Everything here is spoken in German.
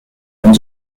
von